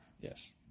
Yes